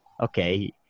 Okay